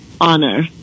honor